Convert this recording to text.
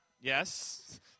Yes